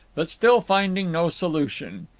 but still finding no solution.